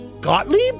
Gottlieb